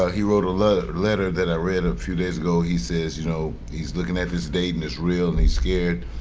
ah he wrote a letter letter that i read a few days ago. he says you know he's looking at this date and it's real and he's scared.